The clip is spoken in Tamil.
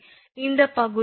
எனவே இந்த பகுதி d